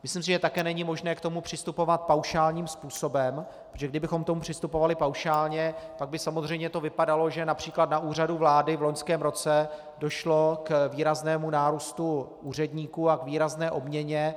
Myslím si, že také není možné k tomu přistupovat paušálním způsobem, protože kdybychom k tomu přistupovali paušálně, pak by to samozřejmě vypadalo, že například na Úřadu vlády v loňském roce došlo k výraznému nárůstu úředníků a k výrazné obměně.